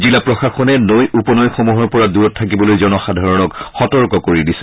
জিলা প্ৰশাসনে নৈ উপনৈসমূহৰ পৰা দূৰত থাকিবলৈ জনসাধাৰণক সতৰ্ক কৰি দিছে